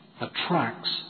attracts